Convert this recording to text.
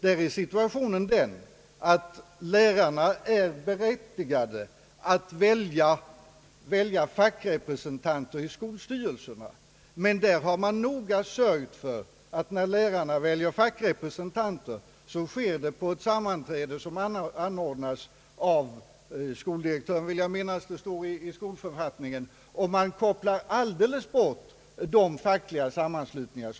Där är situationen den att lärarna är berättigade att välja fackliga representanter i skolstyrelserna, men man har noga sörjt för att när lärarna väljer fackliga representanter sker det på ett sammanträde som anordnas av skoldirektören — jag vill minnas att detta står i skolförfattningen. Man kopplar alldeles bort lärarnas fackliga sammanslutningar.